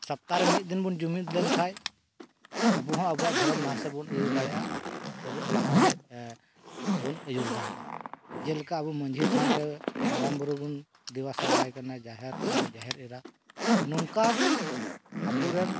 ᱥᱚᱯᱛᱟᱦᱚ ᱨᱮ ᱢᱤᱫ ᱵᱚᱱ ᱡᱩᱢᱤᱫ ᱞᱮᱱᱠᱷᱟᱱ ᱟᱵᱚ ᱦᱚᱸ ᱟᱵᱚᱣᱟᱜ ᱫᱷᱚᱨᱚᱢ ᱞᱟᱦᱟ ᱥᱮᱫ ᱵᱚᱱ ᱤᱫᱤ ᱫᱟᱲᱮᱭᱟᱜᱼᱟ ᱮᱵᱚᱝ ᱞᱟᱦᱟ ᱥᱮᱫ ᱵᱚᱱ ᱟᱹᱭᱩᱨ ᱫᱟᱲᱮᱭᱟᱜᱼᱟ ᱡᱮᱞᱮᱠᱟ ᱟᱵᱚ ᱢᱟᱺᱡᱷᱤ ᱛᱷᱟᱱ ᱨᱮ ᱢᱟᱨᱟᱝ ᱵᱩᱨᱩ ᱵᱚᱱ ᱫᱮᱵᱟ ᱥᱮᱵᱟᱭᱮ ᱠᱟᱱᱟ ᱡᱟᱦᱮᱨ ᱛᱷᱟᱱ ᱨᱮ ᱡᱟᱦᱮᱨ ᱮᱨᱟ ᱱᱚᱝᱠᱟ ᱜᱮ ᱟᱵᱚ ᱨᱮᱱ